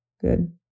Good